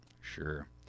Sure